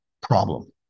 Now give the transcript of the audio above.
problem